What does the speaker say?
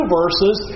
verses